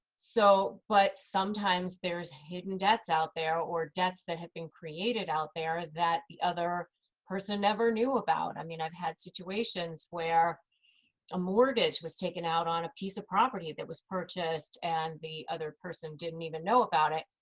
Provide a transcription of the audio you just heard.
so but sometimes there's hidden debts out there or debts that have been created out there that the other person never knew about. i mean, i've had situations where a mortgage was taken out on a piece of property that was purchased, and the other person didn't even know about it.